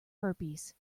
herpes